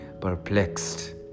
perplexed